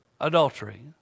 Adultery